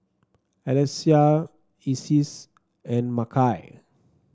Alecia Isis and Makai